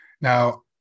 now